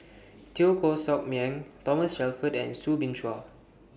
Teo Koh Sock Miang Thomas Shelford and Soo Bin Chua